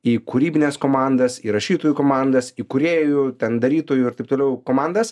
į kūrybines komandas į rašytojų komandas į kūrėjų ten darytojų ir taip toliau komandas